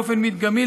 באופן מדגמי,